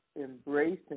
embracing